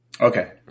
Okay